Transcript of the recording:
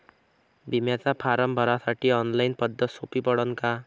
बिम्याचा फारम भरासाठी ऑनलाईन पद्धत सोपी पडन का?